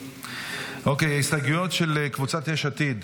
אוקיי, הסתייגויות של קבוצת יש עתיד.